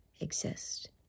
exist